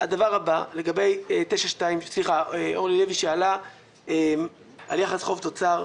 הדבר הבא, אורלי לוי שאלה על יחס חוב-תוצר,